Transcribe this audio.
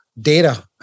data